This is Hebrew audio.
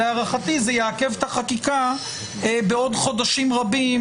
להערכתי זה יעכב את החקיקה בעוד חודשים רבים,